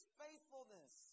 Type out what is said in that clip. faithfulness